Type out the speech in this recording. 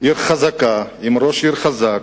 עיר חזקה, עם ראש עיר חזק,